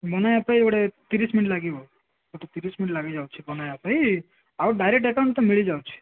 ବନାଇବା ପାଇଁ ଗୋଟେ ତିରିଶ ମିନିଟ୍ ଲାଗିବ ଫଟୋ ତିରିଶ ମିନିଟ୍ ଲାଗିଯାଉଛି ବନାଇବା ପାଇଁ ଆଉ ଡାଇରେକ୍ଟ୍ ଆକାଉଣ୍ଟ୍ ତ ମିଳିଯାଉଛି